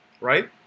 right